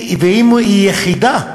60%. ואם היא יחידה,